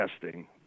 testing